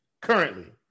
currently